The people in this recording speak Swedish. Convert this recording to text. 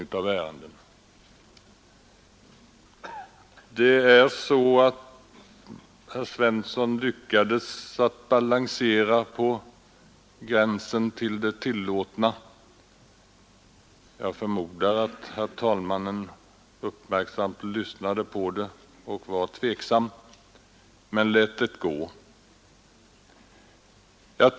Herr Svensson i Malmö lyckades balansera på gränsen till det tillåtna. Jag förmodar att herr talmannen uppmärksamt lyssnade och var tveksam men lät det gå.